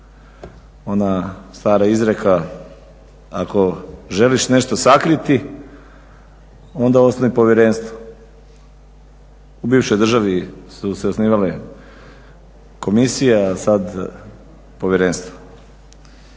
ona stara izreka, ako želiš nešto sakriti onda osnuj povjerenstvo. U bivšoj državi su se osnivale komisije, a sada povjerenstva.